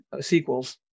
sequels